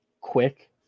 quick